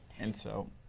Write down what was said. and so,